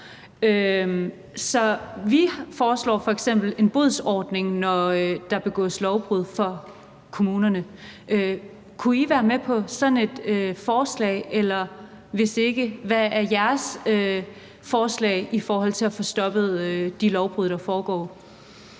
vi foreslår f.eks. en bodsordning for kommunerne, når der begås lovbrud. Kunne I være med på sådan et forslag, eller, hvis ikke, hvad er så jeres forslag i forhold til at få stoppet de lovbrud, der foregår?